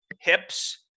Hips